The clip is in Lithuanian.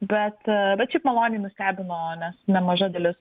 bet bet šiaip maloniai nustebino nes nemaža dalis